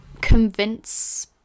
convince